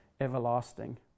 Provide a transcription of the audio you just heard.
everlasting